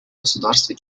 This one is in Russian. государстве